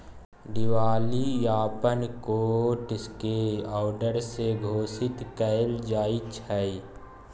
दिवालियापन कोट के औडर से घोषित कएल जाइत छइ